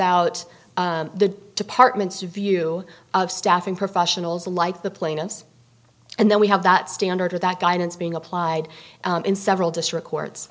out the department's view of staffing professionals like the plaintiffs and then we have that standard with that guidance being applied in several district courts